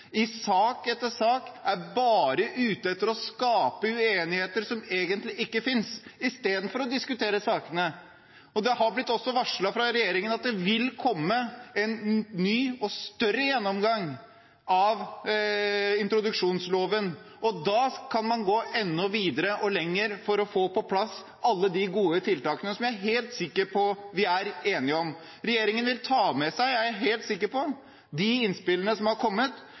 i sak etter sak bare er ute etter å skape uenigheter som egentlig ikke finnes, i stedet for å diskutere sakene. Det har også blitt varslet fra regjeringen at det vil komme en ny og større gjennomgang av introduksjonsloven, og da kan man gå enda lenger for å få på plass alle de gode tiltakene som jeg er helt sikker på at vi er enige om. Regjeringen vil ta med seg – det er jeg helt sikker på – de innspillene som har kommet.